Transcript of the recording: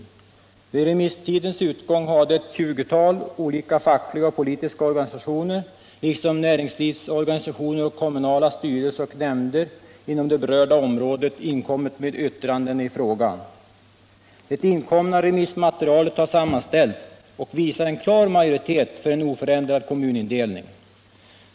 Vid remisstidens utgång hade ett tjugotal olika fackliga och politiska organisationer, liksom näringslivsorganisationer och kommunala styrelser och nämnder inom det berörda området, inkommit med yttranden i frågan. Det inkomna remissmaterialet har sammanställts och visar en klar majoritet för en oförändrad kommunindelning.